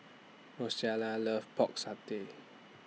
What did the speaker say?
Rosella loves Pork Satay